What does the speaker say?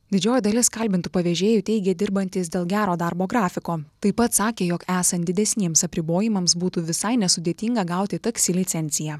didžioji dalis kalbintų pavežėjų teigia dirbantys dėl gero darbo grafiko taip pat sakė jog esant didesniems apribojimams būtų visai nesudėtinga gauti taksi licenciją